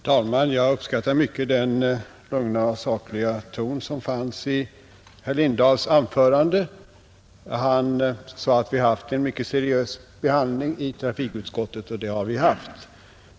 Herr talman! Jag uppskattar mycket den lugna och sakliga ton som fanns i herr Lindahls anförande. Han sade att vi hade haft en mycket seriös behandling i trafikutskottet, och det har vi haft.